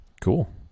Cool